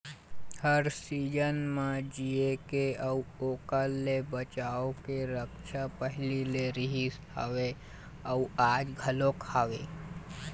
हर season म जीए के अउ ओखर ले बचाव के रद्दा पहिली ले रिहिस हवय अउ आज घलोक हवय